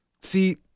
See